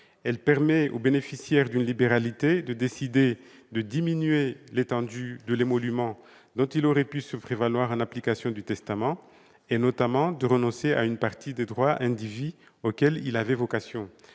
Elle permet au bénéficiaire d'une libéralité de décider de diminuer l'étendue de l'émolument dont il aurait pu se prévaloir en application du testament, et notamment de renoncer à une partie des droits indivis auxquels il avait droit.